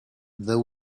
the